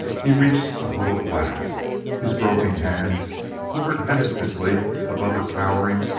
he reached the huddled blacks his groping hands hovered hesitantly above a cowering,